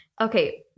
Okay